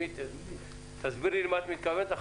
תסבירי למה את מתכוונת.